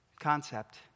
concept